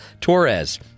Torres